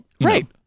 Right